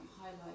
highlight